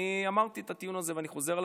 אני אמרתי את הטיעון הזה ואני חוזר על